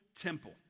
temple